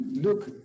Look